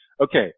okay